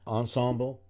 ensemble